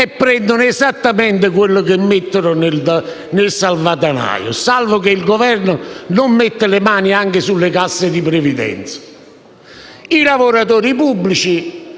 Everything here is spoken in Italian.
e prendono esattamente quello che mettono nel salvadanaio, salvo che il Governo non metta le mani anche sulle casse di previdenza; i lavoratori pubblici,